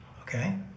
okay